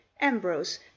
ambrose